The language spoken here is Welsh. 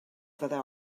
fyddai